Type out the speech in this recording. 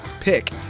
pick